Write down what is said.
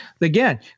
again